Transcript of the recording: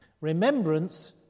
Remembrance